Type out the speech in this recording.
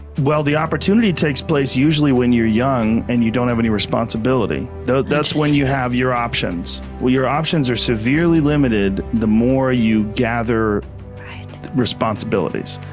well the opportunity takes place usually when you're young and you don't have any responsibility. that's when you have your options. well your options are severely limited the more you gather responsibilities.